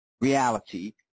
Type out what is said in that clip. reality